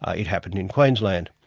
ah it happened in queensland.